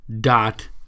dot